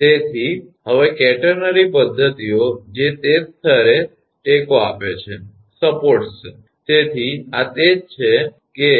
તેથી હવે કેટરનરી પદ્ધતિઓ જે તે જ સ્તરે આધારટેકો આપે છે તેથી આ તે જ છે કે